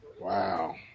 Wow